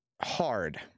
hard